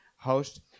Host